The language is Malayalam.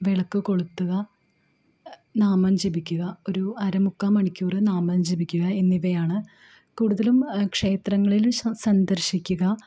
വിളക്ക് കൊളുത്തുക നാമം ജപിക്കുക ഒരു അരമുക്കാല് മണിക്കൂർ നാമം ജപിക്കുക എന്നിവയാണ് കൂടുതലും ക്ഷേത്രങ്ങളിൽ സന്ദർശിക്കുക